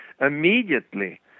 immediately